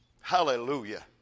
Hallelujah